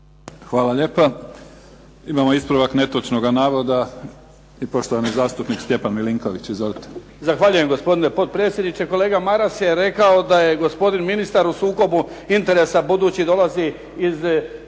Hvala lijepa. Imamo ispravak netočnog navoda poštovani zastupnik Stjepan Milinković. Izvolite. **Milinković, Stjepan (HDZ)** Zahvaljujem gospodine potpresdjedniče. Kolega Maras je rekao da je gospodin ministar u sukobu interesa budući dolazi iz